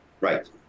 Right